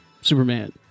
Superman